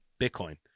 Bitcoin